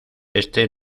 este